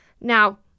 Now